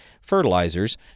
fertilizers